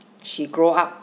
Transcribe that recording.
she grow up